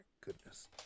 goodness